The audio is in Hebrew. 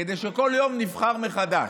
כדי שכל יום נבחר מחדש.